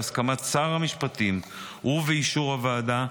בהסכמת שר המשפטים ובאישור הוועדה,